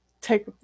take